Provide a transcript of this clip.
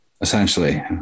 Essentially